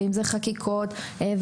בחקיקות,